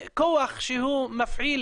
כוח שהוא מפעיל